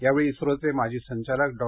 यावेळी इस्त्रोचे माजी संचालक डॉ